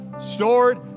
stored